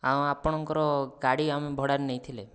ଆଉ ଆପଣଙ୍କର ଗାଡ଼ି ଆମେ ଭଡ଼ାରେ ନେଇଥିଲେ